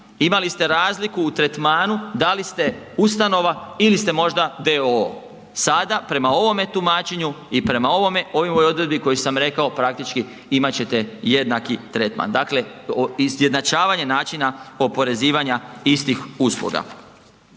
imali ste razliku u tretmanu da li ste ustanova ili ste možda d.o.o., sada prema ovome tumačenju i prema ovome, u ovoj odredbi koju sam rekao, praktički imat ćete jednaki tretman, dakle izjednačavanje načina oporezivanja istih usluga.